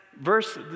verse